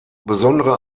besondere